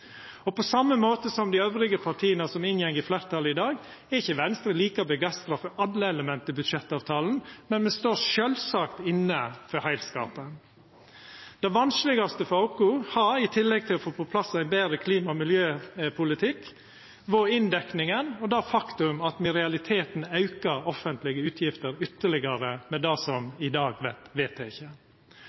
2020. På same måte som dei andre partia som er med i fleirtalet i dag, er ikkje Venstre like begeistra for alle elementa i budsjettavtalen, men me står sjølvsagt inne for heilskapen. Det vanskelegaste for oss har, i tillegg til å få på plass ein betre klima- og miljøpolitikk, vore inndekninga og det faktum at me i realiteten aukar offentlege utgifter ytterlegare med det som i dag vert vedteke.